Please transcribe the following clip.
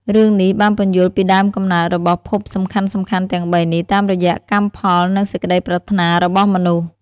រឿងនេះបានពន្យល់ពីដើមកំណើតរបស់ភពសំខាន់ៗទាំងបីនេះ តាមរយៈកម្មផល និងសេចក្តីប្រាថ្នារបស់មនុស្ស។